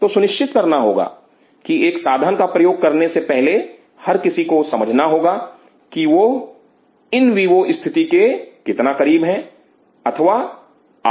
तो सुनिश्चित करना होगा की एक साधन का प्रयोग करने से पहले हर किसी को समझना होगा कि वह इन वीवो स्थिति के कितना करीब हैं अथवा